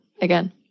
again